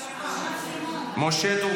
משה טור